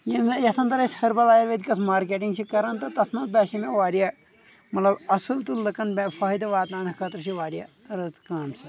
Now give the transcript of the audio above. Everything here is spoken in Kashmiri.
یٔمۍ یتھ اندر أسۍ ۂربل آیُرویدِکس مارکیٹنٛگ چھِ کران تہٕ تتھ منٛز باسیو مےٚ واریاہ مطلب اصل تہٕ لُکن فٲیدٕ واتناونہٕ خٲطرٕ چھ یہِ واریاہ رٕژ کٲم سۄ